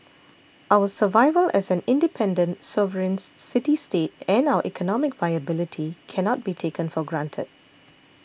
our survival as an independent sovereigns city state and our economic viability cannot be taken for granted